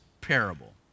parable